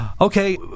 Okay